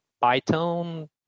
Python